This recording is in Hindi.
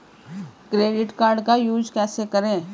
क्रेडिट कार्ड का यूज कैसे करें?